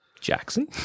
Jackson